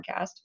podcast